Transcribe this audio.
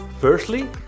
Firstly